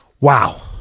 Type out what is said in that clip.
Wow